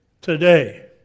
Today